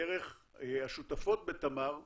השותפות בתמר --- הקטנות,